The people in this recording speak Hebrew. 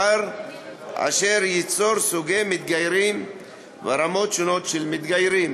וזה ייצור סוגי מתגיירים ורמות שונות של מתגיירים,